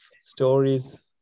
stories